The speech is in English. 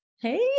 Hey